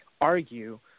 argue